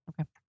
Okay